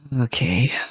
okay